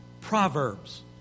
Proverbs